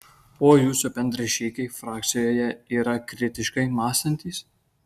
o jūsų bendražygiai frakcijoje yra kritiškai mąstantys